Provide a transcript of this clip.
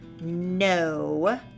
No